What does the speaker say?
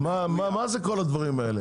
מה זה כל הדברים האלה?